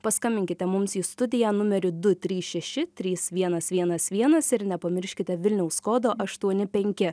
paskambinkite mums į studiją numeriu du trys šeši trys vienas vienas vienas ir nepamirškite vilniaus kodo aštuoni penki